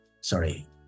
sorry